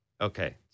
Okay